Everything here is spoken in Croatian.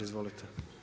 Izvolite.